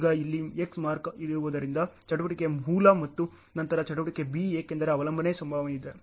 ಈಗ ಇಲ್ಲಿ X mark ಇರುವುದರಿಂದ ಚಟುವಟಿಕೆ ಮೊದಲ ಮತ್ತು ನಂತರ ಚಟುವಟಿಕೆ B ಏಕೆಂದರೆ ಅವಲಂಬನೆ ಸಂಬಂಧವಿದೆ